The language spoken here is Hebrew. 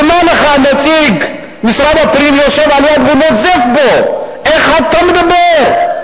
ומה לך נציג משרד הפנים היושב לידו ונוזף בו: איך אתה מדבר?